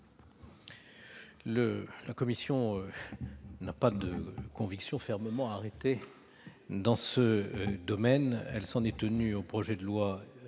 La commission n'a pas de conviction fermement arrêtée dans ce domaine : elle s'en est tenue au projet de loi